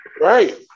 Right